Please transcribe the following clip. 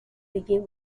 begin